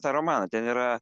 tą romaną ten yra